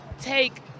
take